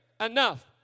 enough